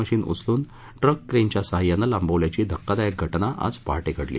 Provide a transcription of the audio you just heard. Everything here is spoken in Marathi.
मशिन उचलून ट्रक क्रेनच्या सहाय्याने लांबवल्याची धक्कादायक घटना आज पहाटे घडली